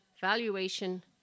valuation